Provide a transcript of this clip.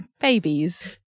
Babies